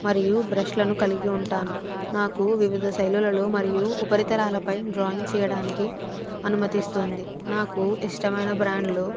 మరియు బ్రష్లను కలిగి ఉంటాను నాకు వివిధ శైలులలో మరియు ఉపరితలాలపై డ్రాయింగ్ చేయడానికి అనుమతిస్తుంది నాకు ఇష్టమైన బ్రాండ్లు